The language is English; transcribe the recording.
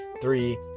three